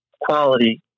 quality